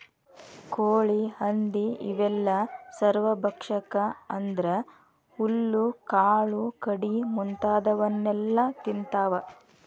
ಕೋಳಿ ಹಂದಿ ಇವೆಲ್ಲ ಸರ್ವಭಕ್ಷಕ ಅಂದ್ರ ಹುಲ್ಲು ಕಾಳು ಕಡಿ ಮುಂತಾದವನ್ನೆಲ ತಿಂತಾವ